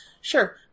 Sure